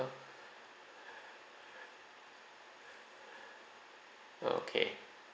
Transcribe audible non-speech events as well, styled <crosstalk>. <breath> oh okay